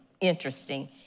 interesting